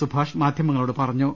സുഭാഷ് മാധൃ മങ്ങളോട് പറഞ്ഞു